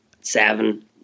seven